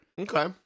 Okay